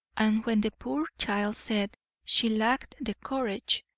and when the poor child said she lacked the courage,